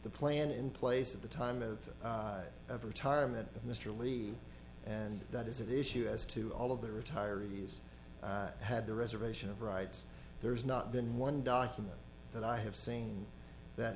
the plan in place at the time of of retirement of mr lee and that is an issue as to all of the retiree's had the reservation of rights there's not been one document that i have seen that